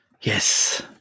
yes